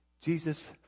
Jesus